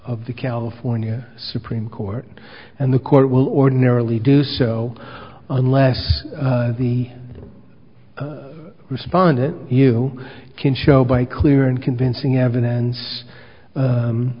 of the california supreme court and the court will ordinarily do so unless the respond it you can show by clear and convincing evidence